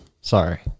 Sorry